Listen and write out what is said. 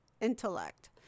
intellect